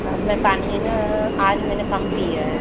मैंने पानी है न आज मैंने कम पिया है